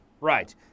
right